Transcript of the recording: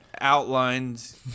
outlined